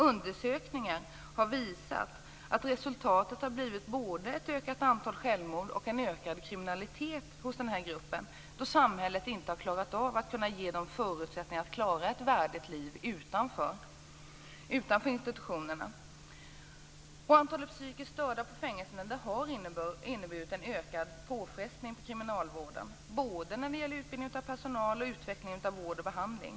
Undersökningar har visat att resultatet är både ett ökat antal självmord och en ökad kriminalitet hos nämnda grupp då samhället inte har klarat av att ge de här människorna förutsättningar att leva ett värdigt liv utanför institutionerna. Ökningen av antalet psykiskt störda på fängelserna har inneburit en ökad påfrestning på kriminalvården både när det gäller utbildningen av personal och när det gäller utvecklingen av vård och behandling.